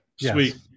Sweet